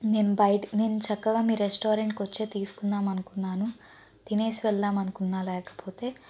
నేను బయటకి నేను చక్కగా మీ రెస్టారెంట్కి వచ్చే తీసుకుందాం అనుకున్నాను తినేసి వెళ్దాం అనుకున్న లేకపోతే